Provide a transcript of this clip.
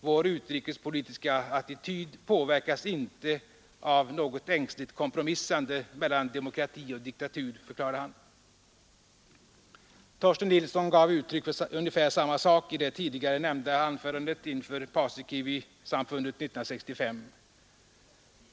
Vår utrikespolitiska attityd påverkas inte av något ängsligt kompromissande mellan demokrati och diktatur”, förklarade han. Torsten Nilsson gav uttryck för ungefär samma sak i det tidigare nämnda anförandet inför Paasikivisamfundet 1965.